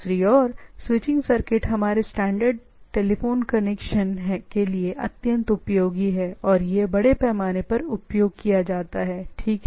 दूसरी ओर switching circuit हमारे स्टैंडर्ड टेलीफोन कनेक्शन के लिए अत्यंत उपयोगी या बड़े पैमाने पर उपयोग किया जाता है ठीक है